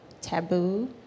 taboo